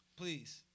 Please